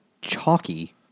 chalky